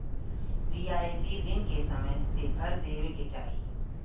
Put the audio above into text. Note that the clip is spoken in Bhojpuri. रियायती रिन के समय से भर देवे के चाही